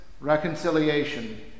reconciliation